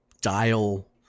dial